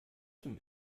zum